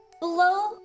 blow